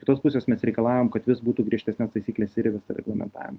kitos pusės mes reikalaujam kad vis būtų griežtesnės taisyklės ir įvesta reglamentavim